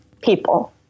People